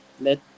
let